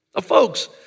Folks